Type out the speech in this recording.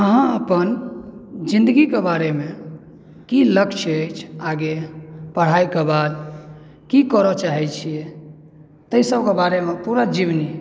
अहाँ अपन जिन्दगीके बारेमे की लक्ष्य अछि आगे पढ़ाइके बाद की करय चाहैत छियै ताहिसभके बारेमे पूरा जीवनी